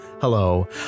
Hello